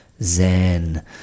zen